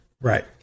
Right